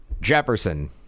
Jefferson